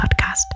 podcast